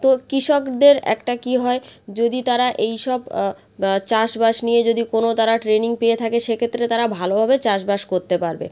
তো কৃষকদের একটা কী হয় যদি তারা এই সব চাষবাস নিয়ে যদি কোনো তারা ট্রেনিং পেয়ে থাকে সেক্ষেত্রে তারা ভালোভাবে চাষবাস করতে পারবে